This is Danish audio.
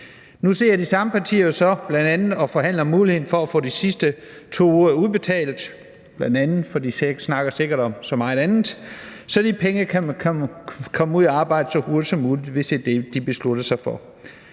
Nu sidder de samme partier jo så og forhandler om bl.a. muligheden for at få de sidste 2 uger udbetalt – jeg siger »bl.a.«, fordi de sikkert snakker om så meget andet – så de penge kan komme ud at arbejde så hurtigt som muligt, hvis det er det, de beslutter sig for.